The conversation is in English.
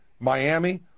Miami